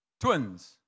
twins